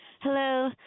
hello